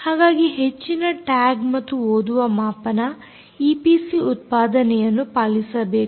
ಹಾಗಾಗಿ ಹೆಚ್ಚಿನ ಟ್ಯಾಗ್ ಮತ್ತು ಓದುವ ಮಾಪನ ಈಪಿಸಿ ಉತ್ಪಾದನೆಯನ್ನು ಪಾಲಿಸಬೇಕು